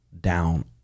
down